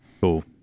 cool